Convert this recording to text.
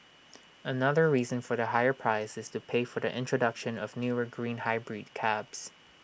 another reason for the higher price is to pay for the introduction of newer green hybrid cabs